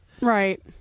Right